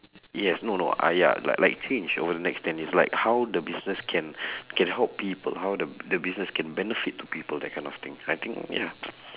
yes no no ah ya like like change over the next ten years like how the business can can help people how the the business can benefit to people that kind of thing I think ya